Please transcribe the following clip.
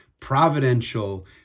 providential